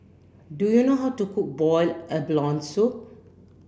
do you know how to cook boiled abalone soup